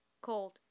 Cold